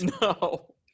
No